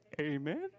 Amen